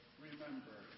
Remember